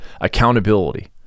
accountability